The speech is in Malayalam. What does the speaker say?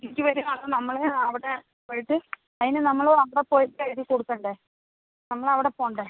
അത് നമ്മള് അവിടെ പോയിട്ട് അതിനു നമ്മളവിടെപ്പോയിട്ട് എഴുതിക്കൊടുക്കണ്ടേ നമ്മളവിടെ പോകണ്ടേ